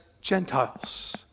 Gentiles